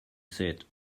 said